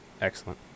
Excellent